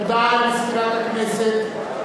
הודעה למזכירת הכנסת.